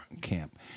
camp